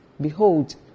Behold